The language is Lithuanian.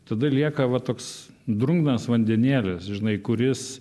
tada lieka va toks drungnas vandenėlis žinai kuris